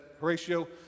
Horatio